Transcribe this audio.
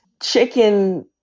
chicken